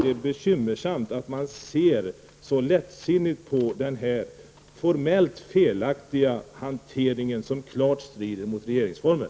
Det är bekymmersamt att man ser så lättsinnigt på den formellt felaktiga hanteringen som klart strider mot regeringsformen.